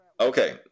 Okay